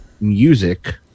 music